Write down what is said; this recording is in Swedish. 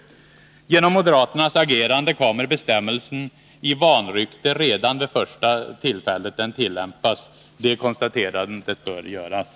Genom moderaternas agerande kommer bestämmelsen i vanrykte redan vid första tillfället den tillämpas. Det konstaterandet bör göras.